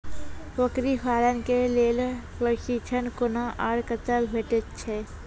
बकरी पालन के लेल प्रशिक्षण कूना आर कते भेटैत छै?